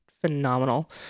phenomenal